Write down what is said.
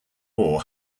war